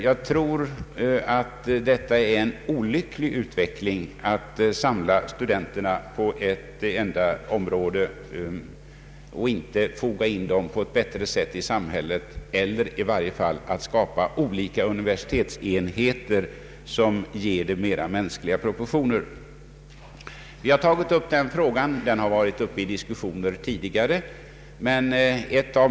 Jag tror att det är en olycklig utveckling att samla ett så stort antal studenter på ett enda område och inte foga in dem på ett bättre sätt i samhället eller i varje fall skapa olika universitetsenheter med mera rimliga proportioner. Vi har tagit upp den frågan, och den har varit uppe till diskussion tidigare.